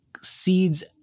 seeds